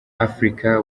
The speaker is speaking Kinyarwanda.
africa